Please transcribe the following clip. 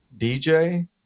DJ